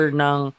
ng